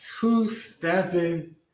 Two-stepping